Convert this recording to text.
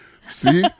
See